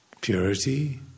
Purity